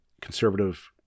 conservative